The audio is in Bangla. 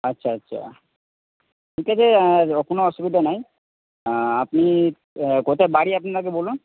আচ্ছা আচ্ছা ঠিক আছে কোন আসুবিধা নেই আপনি কোথায় বাড়ি আপনার আগে বলুন